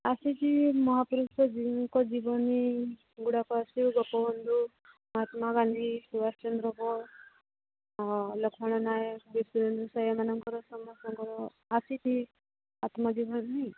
ଆସିଛି ମହାପୁରୁଷ ଜୀଙ୍କ ଜୀବନୀଗୁଡ଼ିକ ଆସିଛି ଗୋପବନ୍ଧୁ ମହାତ୍ମା ଗାନ୍ଧୀ ସୁବାଷ ଚନ୍ଦ୍ର ବୋଷ ଲକ୍ଷ୍ମଣ ନାୟକ ବୀରସୁରେନ୍ଦ୍ର ସାଏ ଏମାନଙ୍କର ସମସ୍ତଙ୍କର ଆସିଛି ଆତ୍ମ ଜୀବନୀ